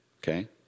Okay